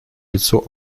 лицу